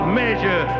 measure